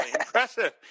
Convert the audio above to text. impressive